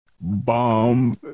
bomb